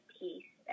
peace